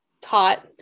taught